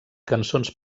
cançons